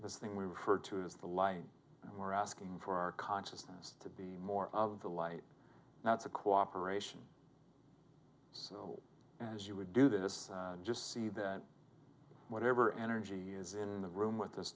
this thing we refer to as the light we're asking for our consciousness to be more of the light not the cooperation so as you would do this just see that whatever energy is in the room with